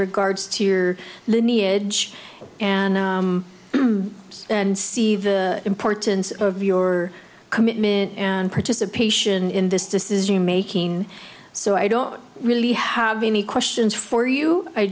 regards to your lineage and and see the importance of your commitment and participation in this decision making so i don't really have any questions for you i